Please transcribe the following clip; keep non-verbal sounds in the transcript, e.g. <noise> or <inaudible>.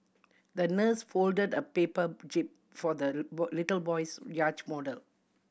the nurse folded a paper jib for the <noise> little boy's yacht model